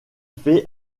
fait